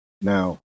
Now